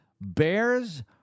Bears